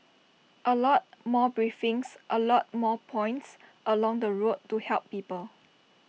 A lot more briefings A lot more points along the route to help people